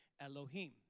Elohim